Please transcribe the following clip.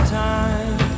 time